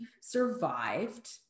survived